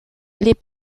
les